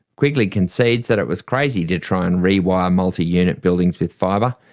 quigley concedes that it was crazy to try and rewire multi-unit buildings with fibre,